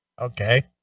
Okay